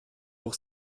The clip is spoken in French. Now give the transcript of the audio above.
pour